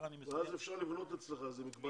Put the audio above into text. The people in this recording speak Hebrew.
אז אפשר לבנות אצלך מקבץ כזה.